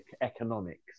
economics